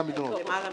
מ-100.